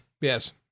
yes